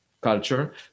culture